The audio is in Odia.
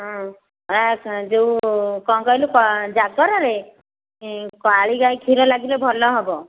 ହଁ ଯେଉଁ କ'ଣ କହିଲୁ କ'ଣ ଜାଗରରେ କାଳୀଗାଈ କ୍ଷୀର ଲାଗିଲେ ଭଲ ହେବ